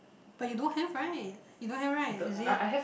but you don't have right you don't have right is it